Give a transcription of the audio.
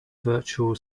virtual